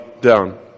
down